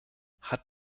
hat